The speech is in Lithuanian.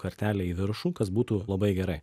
kartelę į viršų kas būtų labai gerai